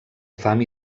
fam